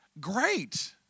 great